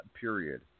period